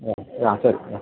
ಹ್ಞೂ ಹಾಂ ಸರಿ ಹಾಂ